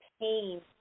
pain